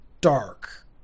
dark